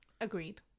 Agreed